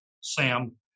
Sam